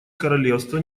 королевства